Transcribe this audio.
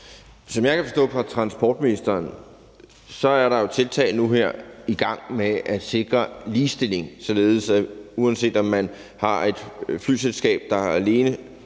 Som jeg kan forstå på transportministeren, er der jo nu her tiltag i gang for at sikre ligestilling, således at uanset om man har et flyselskab, der alene